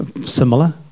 similar